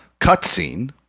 cutscene